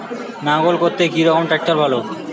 লাঙ্গল করতে কি রকম ট্রাকটার ভালো?